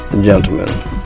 gentlemen